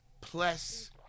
plus